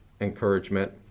encouragement